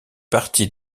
partie